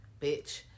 bitch